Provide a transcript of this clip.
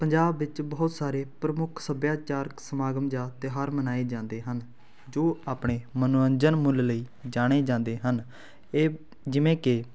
ਪੰਜਾਬ ਵਿੱਚ ਬਹੁਤ ਸਾਰੇ ਪ੍ਰਮੁੱਖ ਸੱਭਿਆਚਾਰਕ ਸਮਾਗਮ ਜਾਂ ਤਿਉਹਾਰ ਮਨਾਏ ਜਾਂਦੇ ਹਨ ਜੋ ਆਪਣੇ ਮਨੋਰੰਜਨ ਮੁੱਲ ਲਈ ਜਾਣੇ ਜਾਂਦੇ ਹਨ ਇਹ ਜਿਵੇਂ ਕਿ